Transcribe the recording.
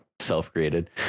self-created